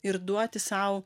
ir duoti sau